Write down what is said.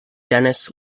denis